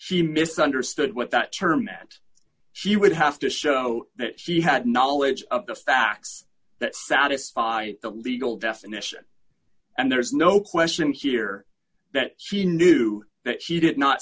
she misunderstood what that term meant she would have to show that she had knowledge of the facts that satisfy the legal definition and there is no question here that she knew that she did not